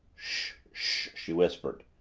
she whispered.